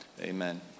amen